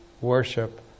worship